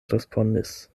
respondis